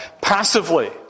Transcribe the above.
passively